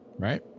Right